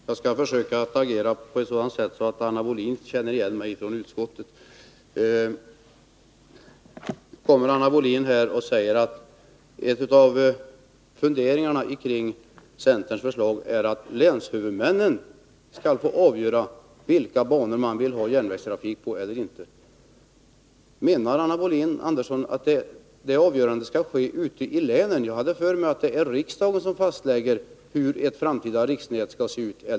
Herr talman! Jag skall försöka att agera på ett sådant sätt att Anna Wohlin-Andersson känner igen mig från utskottet. Anna Wohlin-Andersson säger att en av funderingarna bakom centerns förslag är att länshuvudmännen skall få avgöra vilka banor som det skall vara järnvägstrafik på. Menar Anna Wohlin-Andersson att det avgörandet skall ske ute i länen? Jag hade för mig att det är riksdagen som fastlägger hur ett framtida riksnät skall se ut.